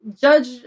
judge